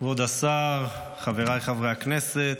כבוד השר, חבריי חברי הכנסת,